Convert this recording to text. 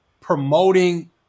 promoting